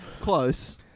Close